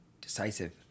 Decisive